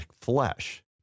flesh